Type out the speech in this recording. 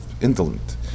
indolent